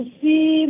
see